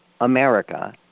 america